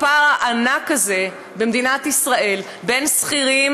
הפער הענק הזה במדינת ישראל בין שכירים